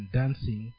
dancing